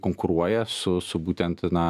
konkuruoja su su būtent na